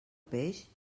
peix